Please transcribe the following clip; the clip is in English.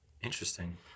Interesting